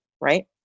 Right